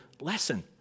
lesson